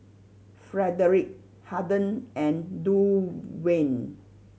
Frederick Harden and Duwayne